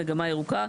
"מגמה ירוקה",